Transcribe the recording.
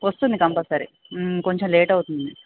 వస్తుంది కంపల్సరీ కొంచెం లేట్ అవుతుంది